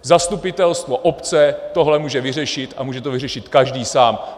Zastupitelstvo obce tohle může vyřešit a může to vyřešit každý sám.